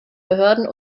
behörden